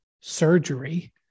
surgery